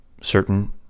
certain